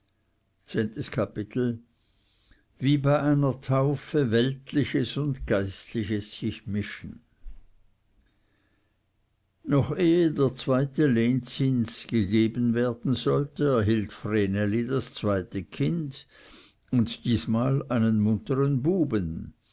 zehntes kapitel wie bei einer taufe weltliches und geistliches sich mischen noch ehe der zweite lehnzins gegeben werden sollte er hielt vreneli das zweite kind und diesmal einen munteren buben